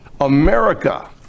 America